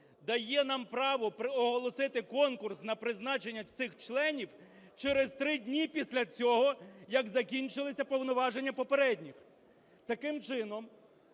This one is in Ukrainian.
дає нам право оголосити конкурс на призначення цих членів через три дні після цього, як закінчилися повноваження попередніх. Таким чином,